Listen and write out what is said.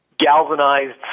Galvanized